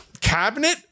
cabinet